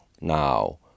now